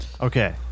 Okay